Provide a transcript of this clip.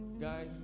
Guys